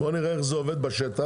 בוא נראה איך זה עובד בשטח,